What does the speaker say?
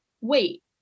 Wait